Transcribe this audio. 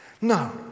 No